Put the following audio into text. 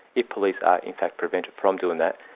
if police are in fact prevented from doing that,